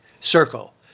circle